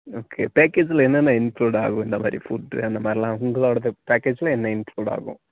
okay பேக்கேஜ்ஜில் என்னென்ன include ஆகும் இந்த மாதிரி ஃபுட்டு அந்த மாதிரிலாம் உங்களோடயது பேக்கேஜில் என்ன இன்க்ளூட் ஆகும்